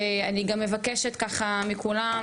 ואני גם מבקשת ככה מכולם,